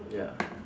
ya